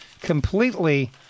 completely